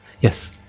Yes